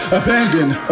abandoned